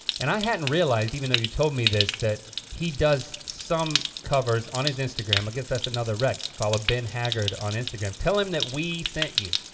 and i hadn't realized even though you told me this that he does some covers on his instagram, i guess that's another rec. follow ben haggard on instagram. tell him that we sent you.